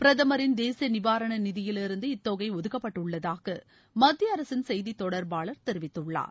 பிரதமரின் தேசிய நிவாரண நிதியிலிருந்து இத்தொகை ஒதுக்கப்பட்டுள்ளதாக மத்திய அரசின் செய்தி தொடர்பாளர் தெரிவித்துள்ளார்